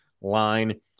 line